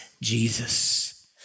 Jesus